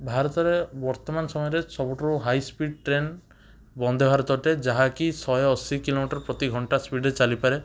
ଭାରତରେ ବର୍ତ୍ତମାନ ସମୟରେ ସବୁଠୁ ହାଇ ସ୍ପିଡ଼ ଟ୍ରେନ ବନ୍ଦେଭାରତ ଅଟେ ଯାହାକି ଶହେ ଅଶୀ କିଲୋମିଟର ପ୍ରତିଘଣ୍ଟା ସ୍ପିଡ଼ରେ ଚାଲିପାରେ